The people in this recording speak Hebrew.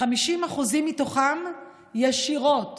50% מתוכם ישירות